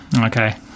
Okay